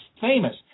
famous